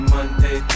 Monday